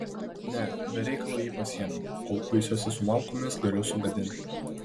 ne be reikalo jį pasiėmiau kol kuisiuosi su malkomis galiu sugadinti